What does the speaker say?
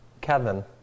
Kevin